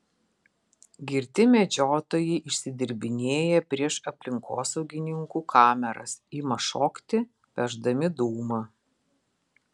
girti medžiotojai išsidirbinėja prieš aplinkosaugininkų kameras ima šokti pešdami dūmą